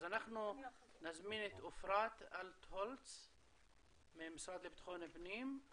אז אנחנו נזמין את אפרת אלטהולץ מהמשרד לבטחון פנים.